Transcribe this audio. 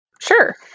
Sure